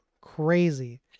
Crazy